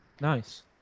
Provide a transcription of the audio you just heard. Nice